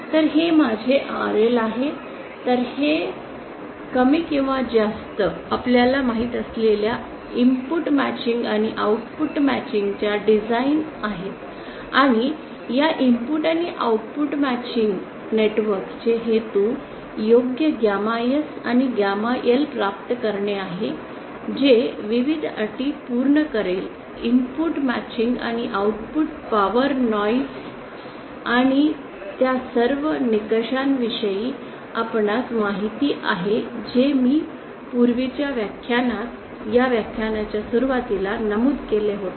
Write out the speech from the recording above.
तर हे माझे RLआहे तर हे कमी किंवा जास्त आपल्याला माहित असलेली इनपुट मॅचिंग आणि आऊटपुट मॅचिंग च्या डिझाइन आहेत आणि या इनपुट आणि output matching network input output matching network चे हेतू योग्य गॅमा S आणि गॅमा L प्राप्त करणे आहे जे विविध अटी पूर्ण करेल इनपुट मॅचिंग आणि आउटपुट पॉवर नॉईस आणि त्या सर्व निकषांविषयी आपणास माहिती आहे जे मी पूर्वीच्या व्याख्यानात या व्याख्यानाच्या सुरुवातीला नमूद केले होते